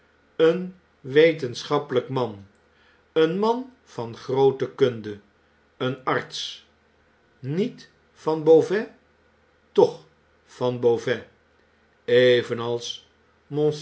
een wetenschappelijk man een man van groote kunde een arts niet van beauvais toch van beauvais evenals